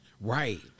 right